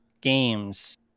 games